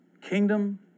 kingdom